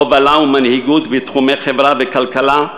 הובלה ומנהיגות בתחומי חברה וכלכלה,